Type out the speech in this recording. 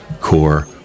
core